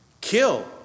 kill